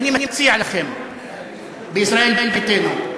ואני מציע לכם בישראל ביתנו,